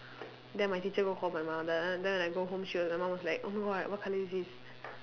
then my teacher go call my mum then then when I go home she was my mum was like oh my god what colour is this